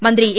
മന്ത്രി എ